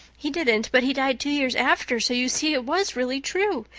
he didn't, but he died two years after, so you see it was really true.